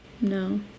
No